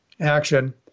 action